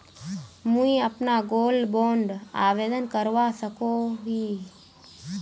मुई अपना gold bond आवेदन करवा सकोहो ही?